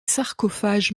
sarcophages